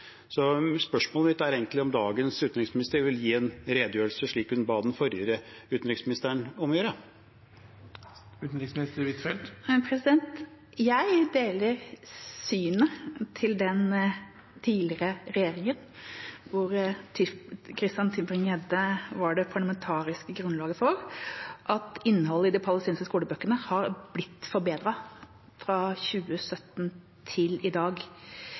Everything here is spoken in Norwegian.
så spørsmålet mitt er egentlig om dagens utenriksminister vil gi en redegjørelse, slik hun ba den forrige utenriksministeren om å gjøre. Jeg deler synet til den tidligere regjeringa, som Christian Tybring-Gjedde var det parlamentariske grunnlaget for, om at innholdet i de palestinske skolebøkene har blitt forbedret fra 2017 til i dag.